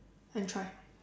and try